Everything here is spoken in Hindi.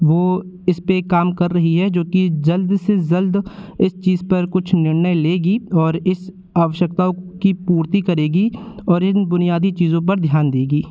वो इस पर काम कर रही है जो कि जल्द से जल्द इस चीज़ पर कुछ निर्णय लेगी और इन आवशक्ताओं की पूर्ति करेगी और इन बुनियादी चीज़ों पर ध्यान देगी